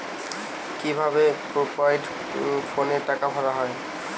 কি ভাবে প্রিপেইড ফোনে টাকা ভরা হয়?